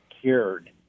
cured